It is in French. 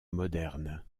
moderne